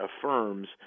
affirms